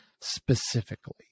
specifically